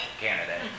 candidate